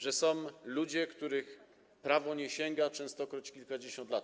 Że są ludzie, których prawo nie dosięga częstokroć kilkadziesiąt lat.